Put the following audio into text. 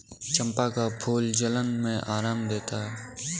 चंपा का फूल जलन में आराम देता है